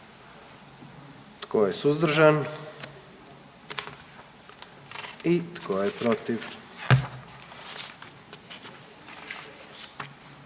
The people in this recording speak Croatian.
Tko je suzdržan? I tko je protiv?